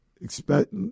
Expect